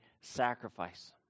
sacrifice